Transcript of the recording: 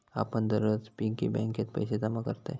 आपण दररोज पिग्गी बँकेत पैसे जमा करतव